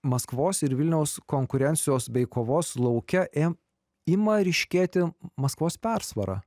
maskvos ir vilniaus konkurencijos bei kovos lauke ėm ima ryškėti maskvos persvara